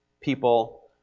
people